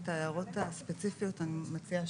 את ההערות הספציפיות אני מציעה